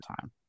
time